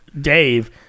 Dave